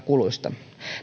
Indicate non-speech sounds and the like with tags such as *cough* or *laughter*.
*unintelligible* kuluista